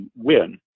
win